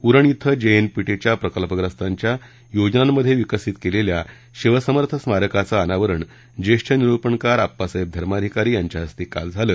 उरण इथं जेएनपीटीच्या प्रकल्पग्रस्तांच्या योजनांमध्ये विकसित केलेल्या शिवसमर्थ स्मारकाचं अनावरण ज्येष्ठ निरूपणकार आप्पासाहेब धर्माधिकारी यांच्या हस्ते काल झालं